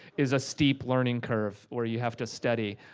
is a steep learning curve where you have to study.